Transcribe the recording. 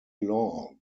law